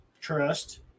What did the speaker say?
trust